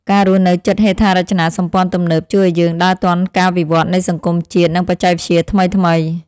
ការរស់នៅជិតហេដ្ឋារចនាសម្ព័ន្ធទំនើប ជួយឱ្យយើងដើរទាន់ការវិវត្តនៃសង្គមជាតិ និងបច្ចេកវិទ្យាថ្មីៗ។